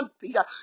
Peter